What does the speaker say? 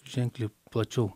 ženkliai plačiau